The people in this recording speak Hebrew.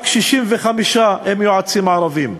רק 65 הם יועצים ערבים.